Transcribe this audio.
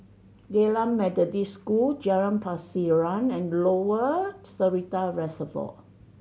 Geylang Methodist School Jalan Pasiran and Lower Seletar Reservoir